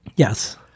Yes